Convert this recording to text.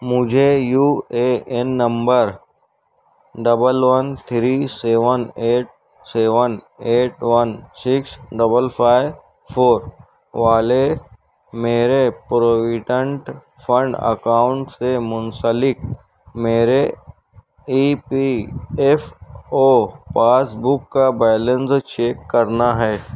مجھے U A N number double one three seven eight seven eight one six double five four والے میرے provident fund account سے منسلک میرے E P F O passbook کا balance check کرنا ہے